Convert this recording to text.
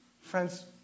Friends